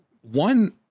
one